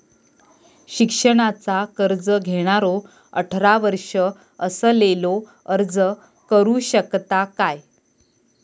शिक्षणाचा कर्ज घेणारो अठरा वर्ष असलेलो अर्ज करू शकता काय?